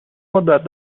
مدت